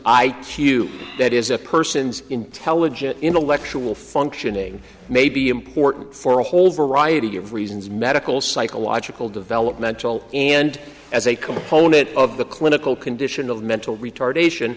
q that is a person's intelligent intellectual functioning may be important for a whole variety of reasons medical psychological developmental and as a component of the clinical condition of mental retardation